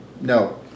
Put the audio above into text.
no